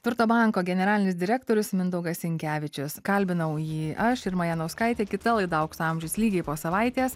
turto banko generalinis direktorius mindaugas sinkevičius kalbinau jį aš irma janauskaitė kita laida aukso amžius lygiai po savaitės